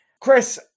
Chris